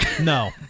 No